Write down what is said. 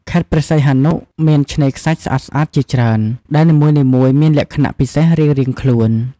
ខេត្តព្រះសីហនុមានឆ្នេរខ្សាច់ស្អាតៗជាច្រើន ដែលនីមួយៗមានលក្ខណៈពិសេសរៀងៗខ្លួន។